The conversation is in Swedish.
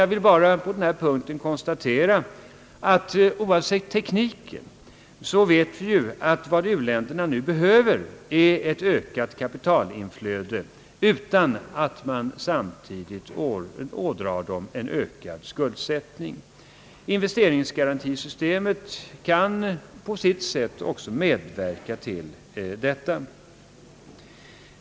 Jag vill endast på denna punkt konstatera, att vad u-länderna nu behöver är ett ökat kapitalinflöde utan att man samtidigt ådrager dem en ökad skuldsättning. Investeringsgarantisystemet kan på sitt sätt också medverka till detta.